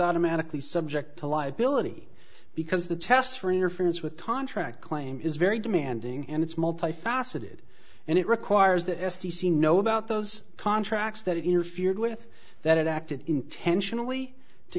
automatically subject to liability because the test for interference with contract claim is very demanding and it's multi faceted and it requires the s t c know about those contracts that it interfered with that it acted intentionally to